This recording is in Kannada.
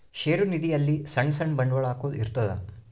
ಷೇರು ನಿಧಿ ಅಲ್ಲಿ ಸಣ್ ಸಣ್ ಬಂಡವಾಳ ಹಾಕೊದ್ ಇರ್ತದ